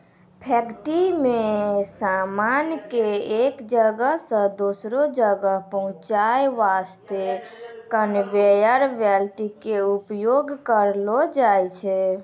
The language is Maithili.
फैक्ट्री मॅ सामान कॅ एक जगह सॅ दोसरो जगह पहुंचाय वास्तॅ कनवेयर बेल्ट के उपयोग करलो जाय छै